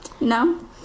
No